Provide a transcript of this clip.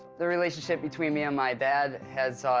the relationship between me and my dad has, ah,